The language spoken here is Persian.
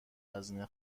هزینه